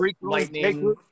lightning